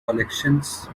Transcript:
collections